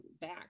back